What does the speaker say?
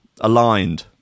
aligned